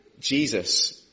Jesus